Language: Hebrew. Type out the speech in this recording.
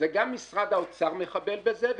גם משרד האוצר מחבל בזה,